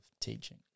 teaching